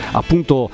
appunto